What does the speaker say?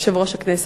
יושב-ראש הכנסת,